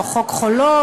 או חוק חולות,